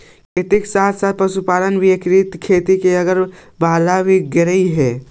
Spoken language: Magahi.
खेती के साथ साथ पशुपालन भी एकीकृत खेती का अंग बनवाल गेलइ हे